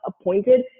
appointed